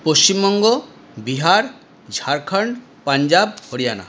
Paschimbanga Bihar Jharkhand Punjab Haryana